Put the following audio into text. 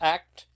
Act